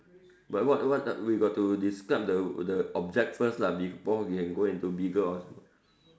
but what what we got to describe the the object first lah before we can go into bigger or